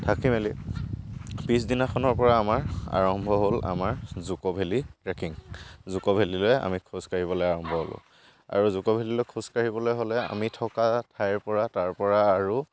থাকি মেলি পিছ দিনাখনৰপৰা আমাৰ আৰম্ভ হ'ল আমাৰ জুকো ভেলি ট্ৰেকিং জুকো ভেলিলৈ আমি খোজ কাঢ়িবলৈ আৰম্ভ হ'ল আৰু জুকো ভেলিলৈ খোজ কাঢ়িবলৈ হ'লে আমি থকা ঠাইৰপৰা তাৰপৰা আৰু